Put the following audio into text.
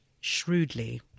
shrewdly